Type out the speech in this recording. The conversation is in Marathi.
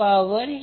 6 आहे